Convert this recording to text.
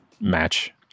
match